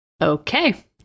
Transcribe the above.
okay